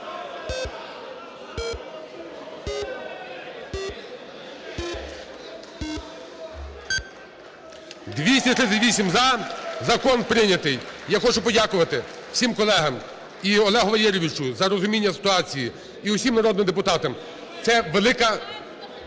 За-238 Закон прийнятий. Я хочу подякувати всім колегам і Олегу Валерійовичу за розуміння ситуації, і усім народним депутатам. Це велика